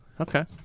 okay